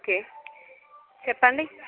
okay చెప్పండి